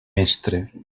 mestre